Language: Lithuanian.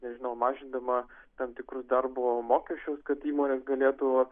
nežinau mažindama tam tikrus darbo mokesčius kad įmonės galėtų